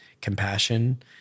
compassion